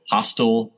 Hostile